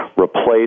replace